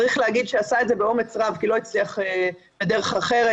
צריך להגיד שעשה את זה באומץ רב כי לא הצליח בדרך אחרת.